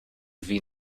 than